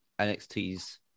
NXT's